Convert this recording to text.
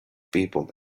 people